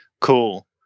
Cool